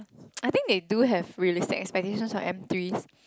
I think they do have realistic expectations for M three